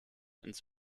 ins